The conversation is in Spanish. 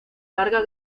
larga